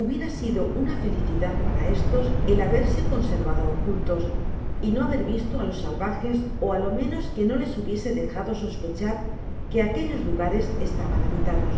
hubiera sido una felicidad pura estos el haberse conservado ocultos y no haber visto á los salvajes ó á lo menos que no les hubiese dejado sospechar que aquellos lugares estaban habitados